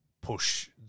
push